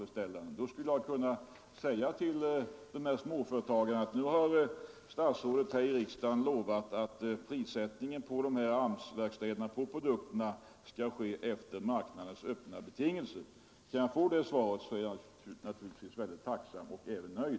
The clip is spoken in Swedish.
Då skulle jag kunna säga till dessa småföretagare att statsrådet nu här i riksdagen lovat att prissättningen på produkterna från AMS-verkstäderna skall ske efter den öppna marknadens betingelser. Kan jag få ett sådant svar är jag naturligtvis mycket tacksam och nöjd.